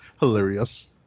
hilarious